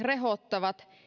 rehottavat